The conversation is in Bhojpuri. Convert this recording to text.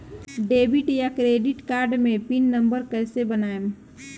डेबिट या क्रेडिट कार्ड मे पिन नंबर कैसे बनाएम?